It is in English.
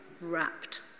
wrapped